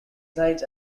sides